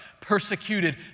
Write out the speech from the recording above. persecuted